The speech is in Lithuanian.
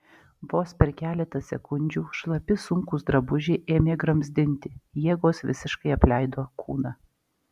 vos per keletą sekundžių šlapi sunkūs drabužiai ėmė gramzdinti jėgos visiškai apleido kūną